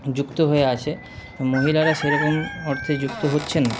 যুক্ত হয়ে আছে মহিলারা সেরকম অর্থে যুক্ত হচ্ছেন না